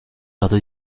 dato